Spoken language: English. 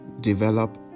develop